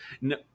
No